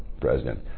president